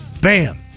Bam